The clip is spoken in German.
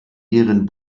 ihren